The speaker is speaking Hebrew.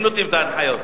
הם נותנים את ההנחיות.